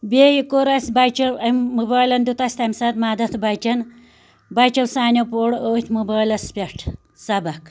بییہِ کوٚر اسہِ بَچو أمۍ موبایَلن دیٛت اسہِ تَمہِ ساتہٕ مَدد بَچیٚن بَچو سانیٛو پوٚر أتھۍ موبایلَس پٮ۪ٹھ سَبق